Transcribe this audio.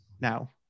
now